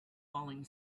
falling